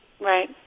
Right